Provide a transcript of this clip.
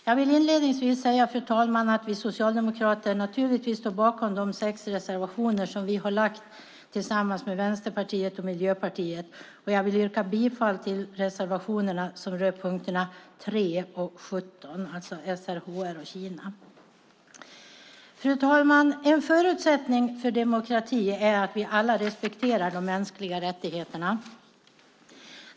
Jag vill, fru talman, inledningsvis säga att vi socialdemokrater naturligtvis står bakom de sex reservationer som vi har väckt tillsammans med Vänsterpartiet och Miljöpartiet, men jag vill yrka bifall till reservationerna som rör punkterna 3 och 17, alltså SRHR-frågor och Kina. Fru talman! En förutsättning för demokrati är att vi alla respekterar de mänskliga rättigheterna.